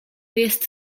jest